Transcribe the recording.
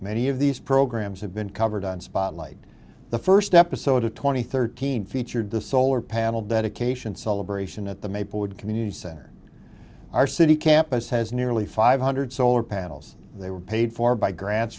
many of these programs have been covered on spotlight the first episode of twenty thirteen featured the solar panel dedication celebration at the maplewood community center our city campus has nearly five hundred solar panels they were paid for by grants